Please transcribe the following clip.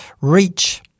reach